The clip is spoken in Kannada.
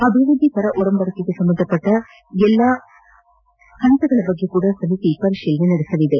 ಅಭಿವೃದ್ದಿಪರ ಒಡಂಬಡಿಕೆಗೆ ಸಂಬಂಧಪಟ್ಟ ಎಲ್ಲಾ ಹಂತಗಳ ಬಗ್ಗೆಯೂ ಸಮಿತಿ ಪರಿಶೀಲಿಸಲಿದೆ